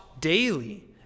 daily